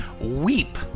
weep